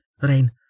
Rain